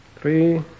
Three